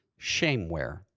shameware